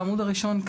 בעמוד הראשון,